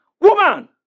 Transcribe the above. Woman